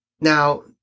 Now